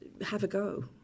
have-a-go